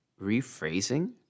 rephrasing